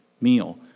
meal